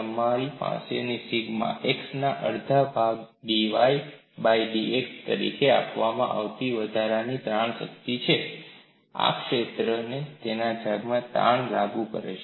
મારી પાસે sigma X ના અડધા ભાગ 'dy' by 'dz'તરીકે આપવામાં આવતી વધારાની તાણ શક્તિઓ છે આ તે ક્ષેત્ર છે જેના પર તાણ લાગુ કરે છે